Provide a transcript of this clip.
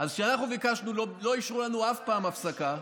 אז כשאנחנו ביקשנו לא אישרו לנו אף פעם הפסקה.